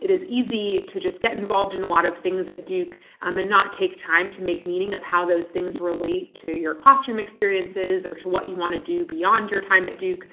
it is easy to just get involved in a lot of things at duke um and not take time to make meaning of how those things relate to your classroom experiences or to what you want to do beyond your time at duke,